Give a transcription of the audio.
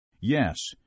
Yes